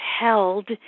held